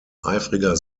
eifriger